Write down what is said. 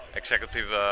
executive